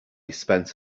spent